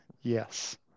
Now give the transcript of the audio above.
Yes